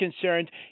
concerned